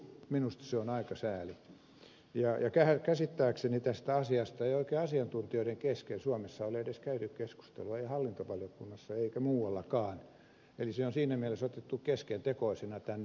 minusta se on aika sääli ja käsittääkseni tästä asiasta ei oikein asiantuntijoiden kesken suomessa ole edes käyty keskustelua ei hallintovaliokunnassa eikä muuallakaan eli se on siinä mielessä otettu keskentekoisena tänne